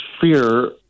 fear